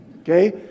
okay